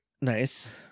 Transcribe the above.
nice